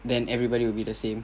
then everybody will be the same